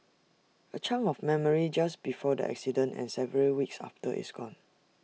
A chunk of memory just before the accident and several weeks after is gone